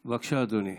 בבקשה, אדוני.